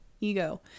Ego